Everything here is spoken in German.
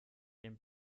den